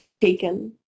taken